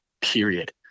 period